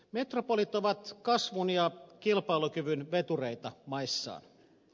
metropolit ovat kasvun ja kilpailukyvyn vetureita maissaan